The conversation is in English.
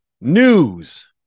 news